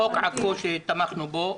חוק עכו, שתמכנו בו,